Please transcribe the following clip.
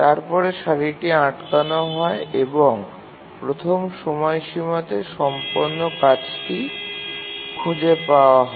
তারপরে সারিটি আটকানো হয় এবং প্রথম সময়সীমাতে সম্পন্ন কার্যটি খুঁজে পাওয়া হয়